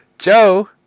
Joe